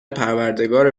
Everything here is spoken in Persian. پروردگار